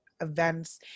events